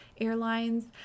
airlines